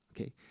Okay